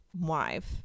wife